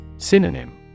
Synonym